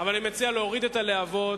אבל אני מציע להוריד את הלהבות,